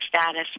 status